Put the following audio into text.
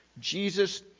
Jesus